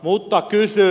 mutta kysyn